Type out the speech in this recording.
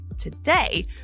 Today